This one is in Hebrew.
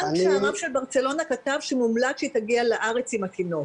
גם כשהרב של ברצלונה כתב שמומלץ שהיא תגיע לארץ עם התינוק,